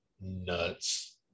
nuts